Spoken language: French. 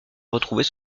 retrouver